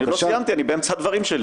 אני באמצע הדברים שלי.